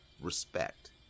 respect